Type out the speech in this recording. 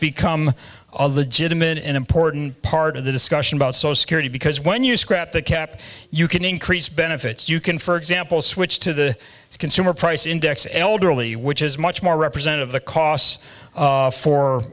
become a legitimate and important part of the discussion about so security because when you scrap the cap you can increase benefits you can for example switch to the consumer price index elderly which is much more representative the costs for